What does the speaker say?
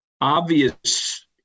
obvious